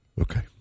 Okay